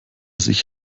sich